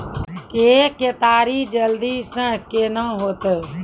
के केताड़ी जल्दी से के ना होते?